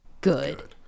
good